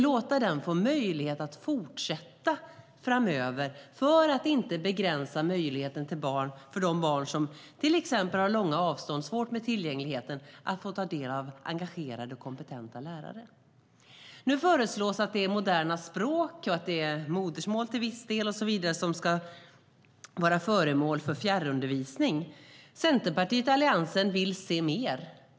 Låt den få möjlighet att fortsätta framöver för att inte begränsa möjligheterna för de barn som till exempel har långa avstånd och svårt med tillgängligheten att få ta del av engagerade och kompetenta lärare! Nu föreslås att det är moderna språk, till viss del modersmål och så vidare som ska vara föremål för fjärrundervisning. Centerpartiet och Alliansen vill se mer.